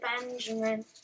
Benjamin